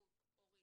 סמכות הורית,